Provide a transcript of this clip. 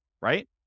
right